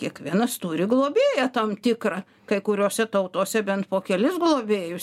kiekvienas turi globėją tam tikrą kai kuriose tautose bent po kelis globėjus